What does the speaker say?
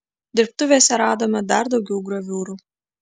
dirbtuvėse radome dar daugiau graviūrų